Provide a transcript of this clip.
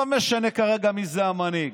לא משנה כרגע מי זה המנהיג.